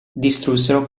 distrussero